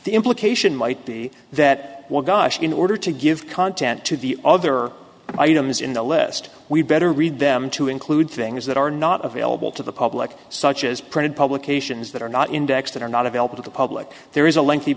the implication might be that while gushing in order to give content to the other items in the list we'd better read them to include things that are not available to the public such as printed publications that are not indexed and are not available to the public there is a lengthy